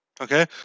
Okay